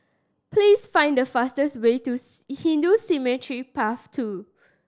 please find the fastest way to Hindu Cemetery Path Two